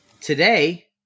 Today